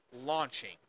launching